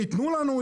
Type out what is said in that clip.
יתנו לנו,